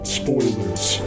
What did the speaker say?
spoilers